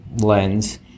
lens